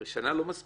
הרי שנה לא מספיקה.